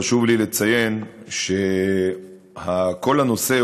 חשוב לי לציין שכל הנושא,